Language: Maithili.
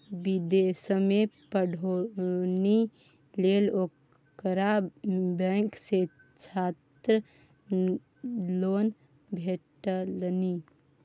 विदेशमे पढ़ौनी लेल ओकरा बैंक सँ छात्र लोन भेटलनि